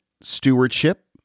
stewardship